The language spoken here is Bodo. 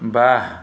बा